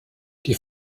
die